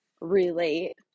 relate